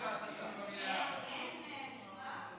אין תשובה?